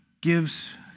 gives